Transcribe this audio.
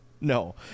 no